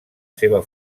seva